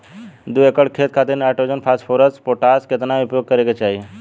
दू एकड़ खेत खातिर नाइट्रोजन फास्फोरस पोटाश केतना उपयोग करे के चाहीं?